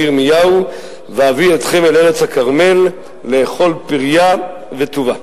ירמיהו: ואביא אתכם אל ארץ הכרמל לאכול פריה וטובה.